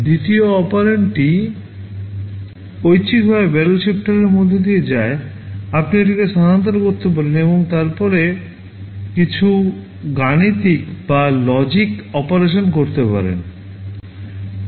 দ্বিতীয় অপারেন্ডটি ঐচ্ছিকভাবে ব্যারেল শিফটারের মধ্য দিয়ে যায় আপনি এটিকে স্থানান্তর করতে পারেন এবং তারপরে কিছু গাণিতিক বা লজিক অপারেশন করতে পারেন